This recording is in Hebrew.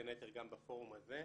בין היתר גם בפורום הזה,